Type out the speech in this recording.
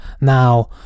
Now